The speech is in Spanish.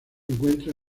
encuentra